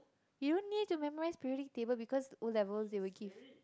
you don't need to memorise periodic table because O-levels they will give